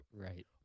Right